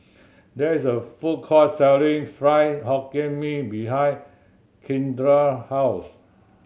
there is a food court selling Fried Hokkien Mee behind Kindra house